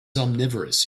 omnivorous